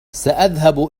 سأذهب